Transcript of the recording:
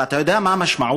אבל אתה יודע מה המשמעות?